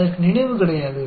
அதற்கு நினைவு கிடையாது